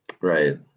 Right